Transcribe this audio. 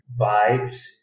vibes